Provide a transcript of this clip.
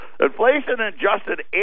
inflation-adjusted